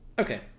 Okay